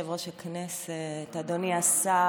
בוקר טוב, אדוני יושב-ראש הישיבה, אדוני השר.